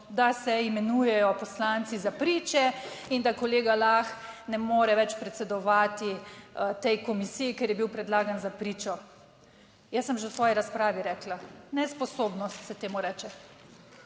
da se imenujejo poslanci za priče in da kolega Lah ne more več predsedovati tej komisiji, ker je bil predlagan za pričo. Jaz sem že v svoji razpravi rekla: nesposobnost se temu reče.